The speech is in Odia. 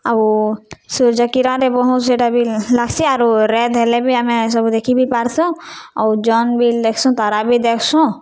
ଆଉ ସୂର୍ଯ୍ୟ କିରନ୍ରେ ବହୁତ୍ ସେଟା ବିଲ୍ ଲାଗ୍ସି ଆରୁ ରାଏତ୍ ହେଲେ ବି ଆମେ ସବୁ ଦେଖି ବି ପାର୍ସୁ ଆଉ ଜନ୍ ବିଲ୍ ଦେଖ୍ସୁଁ ତରା ବି ଦେଖ୍ସୁଁ